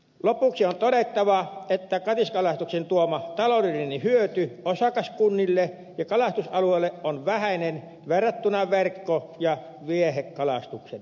lopuksi on todettava että katiskakalastuksen tuoma taloudellinen hyöty osakaskunnille ja kalastusalueille on vähäinen verrattuna verkko ja viehekalastuksen tuloihin